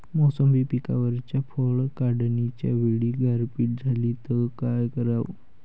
मोसंबी पिकावरच्या फळं काढनीच्या वेळी गारपीट झाली त काय कराव?